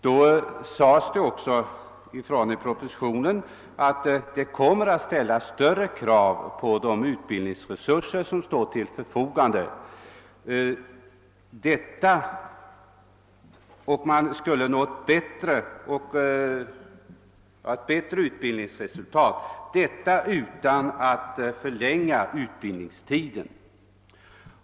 Det framhölls i propositionen härom att det skulle komma att ställas större krav på de utbildningsresurser som står till förfogande för att det nya systemet skulle ge ett bättre utbildningsresultat utan någon förlängning av utbildningstiden.